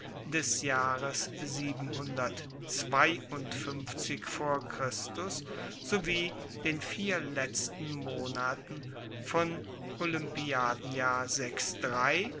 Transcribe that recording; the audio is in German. des jahres vor sowie den vier letzten monaten von